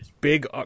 big